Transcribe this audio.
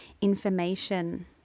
information